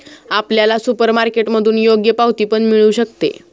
आपल्याला सुपरमार्केटमधून योग्य पावती पण मिळू शकते